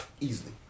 Easily